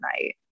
night